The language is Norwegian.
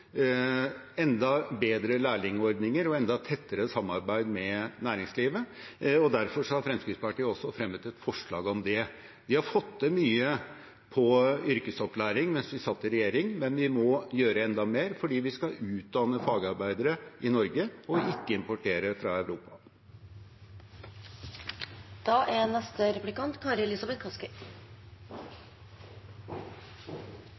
enda bedre lærlingordninger og enda tettere samarbeid med næringslivet. Derfor har Fremskrittspartiet også fremmet et forslag om det. Vi har fått til mye på yrkesopplæring mens vi satt i regjering, men vi må gjøre enda mer, for vi skal utdanne fagarbeidere i Norge og ikke importere fra